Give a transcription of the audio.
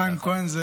חיים כהן,